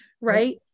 right